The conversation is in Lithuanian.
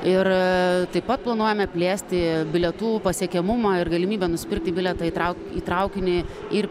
ir taip pat planuojame plėsti bilietų pasiekiamumą ir galimybę nusipirkti bilietą į trau į traukinį ir